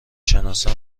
شناسم